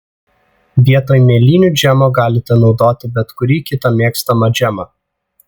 vietoj mėlynių džemo galite naudoti bet kurį kitą mėgstamą džemą